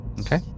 Okay